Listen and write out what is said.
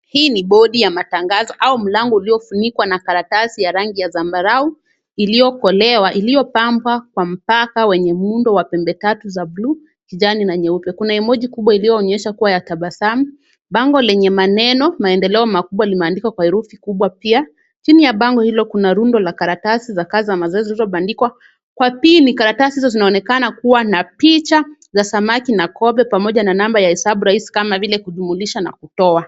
Hii ni bodi ya matangazo au mlango uliofunikwa na karatasi ya rangi ya zambarau, Iliyokolewa, iliyopambwa kwa mpaka wenye muundo wa pembe tatu za bluu, Kijani na nyeupe. Kuna emoji kubwa iliyoonyesha kuwa ya tabasamu. Bango lenye maneno, Maendeleo makubwa limeandikwa kwa herufi kubwa pia. Chini ya bango hilo kuna rundo la karatasi za [cs[kaza mazoezi lililobandikwa. Kwa pii ni karatasi hizo zinaonekana kuwa na picha za samaki na kobe. Pamoja na namba ya hesabu rahisi kama vile kujumuisha na kutoa.